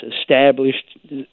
established